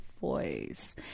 voice